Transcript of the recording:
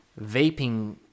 vaping